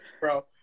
bro